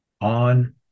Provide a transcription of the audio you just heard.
on